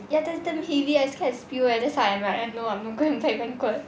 ya that's damn heavy I scared I spill leh that's why I'm like no I'm not going to take banquet